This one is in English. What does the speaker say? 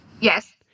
Yes